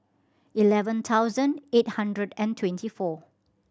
eleven thousand eight hundred and twenty four